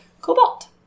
cobalt